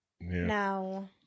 no